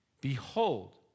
behold